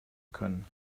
können